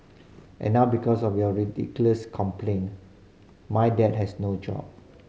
and now because of your ridiculous complaint my dad has no job